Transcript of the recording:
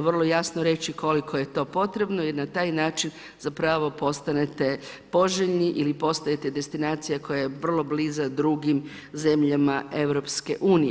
vrlo jasno reći koliko je to potrebno i na taj način zapravo postanete poželjni ili postajete destinacija koja je vrlo bliza drugim zemljama EU.